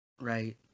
right